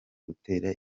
gutera